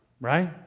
Right